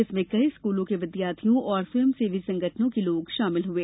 जिसमें कई स्कूलों के विद्यार्थियों और स्वयंसेवी संगठनों के लोग शामिल हुए